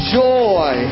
joy